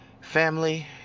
family